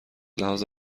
لحاظ